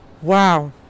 Wow